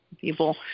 People